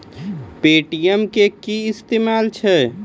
Paytm के कि इस्तेमाल छै?